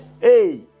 hey